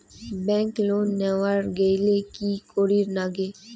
Bank loan নেওয়ার গেইলে কি করীর নাগে?